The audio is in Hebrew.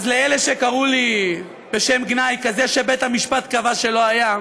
אז לאלה שקראו לי בשם גנאי כזה שבית-המשפט קבע שלא היה,